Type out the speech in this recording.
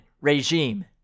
regime